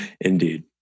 Indeed